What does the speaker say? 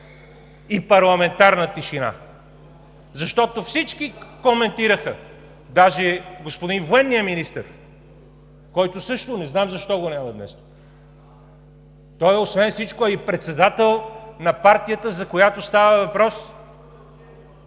и парламентарна тишина. Защото всички коментираха, даже господин военният министър, който също, не знам защо, го няма днес? Той, освен всичко, е и председател на партията, за която става въпрос.